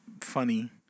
funny